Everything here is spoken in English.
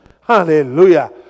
Hallelujah